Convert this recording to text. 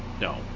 No